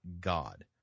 God